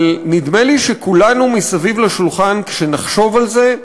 אבל נדמה לי שכולנו, כשנחשוב על זה,